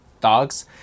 dogs